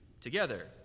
together